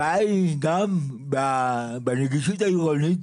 הבעיה היא גם בנגישות העירונית